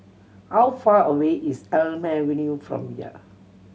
how far away is Elm Avenue from here